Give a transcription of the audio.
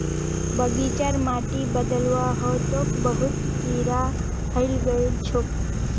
बगीचार माटिक बदलवा ह तोक बहुत कीरा हइ गेल छोक